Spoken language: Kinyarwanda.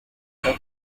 yabo